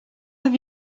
have